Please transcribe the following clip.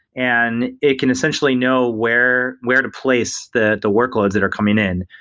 and it can essentially know where where to place the the workloads that are coming in.